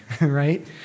right